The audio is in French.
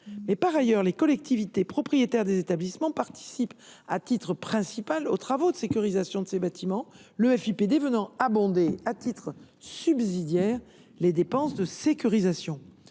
FIPD. Par ailleurs, les collectivités propriétaires des établissements participent à titre principal aux travaux de sécurisation de ces bâtiments, le FIPD venant financer à titre subsidiaire les dépenses de sécurisation.